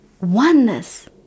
oneness